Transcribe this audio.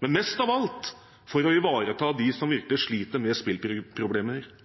men mest av alt for å ivareta dem som virkelig sliter med spillproblemer. Kristelig